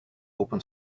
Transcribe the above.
open